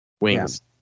Wings